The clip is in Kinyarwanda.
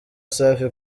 safi